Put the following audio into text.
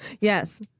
Yes